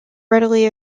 readily